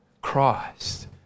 Christ